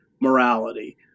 morality